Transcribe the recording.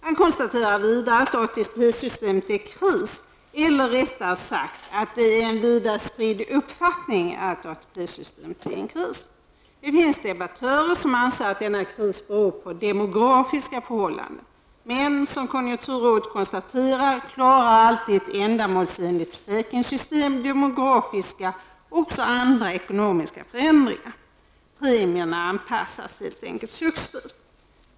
Man konstaterar vidare att ATP-systemet är i kris -- eller rättare sagt att det är en vida spridd uppfattning att ATP systemet är i kris. Det finns debattörer som anser att denna kris beror på demografiska förhållanden. Men som konjunkturrådet konstaterar klarar alltid ett ändamålsenligt försäkringssystem demografiska och också andra ekonomiska förändringar. Premierna anpassas helt enkelt successivt.